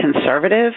conservative